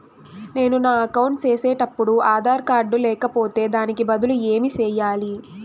నేను నా అకౌంట్ సేసేటప్పుడు ఆధార్ కార్డు లేకపోతే దానికి బదులు ఏమి సెయ్యాలి?